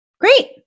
Great